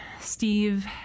steve